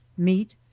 meat,